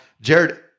Jared